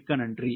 மிக்க நன்றி